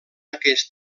aquest